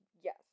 Yes